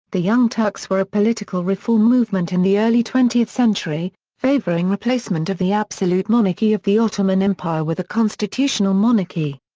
the young turks were a political reform movement in the early twentieth century, favoring replacement of the absolute monarchy of the ottoman empire with a constitutional monarchy.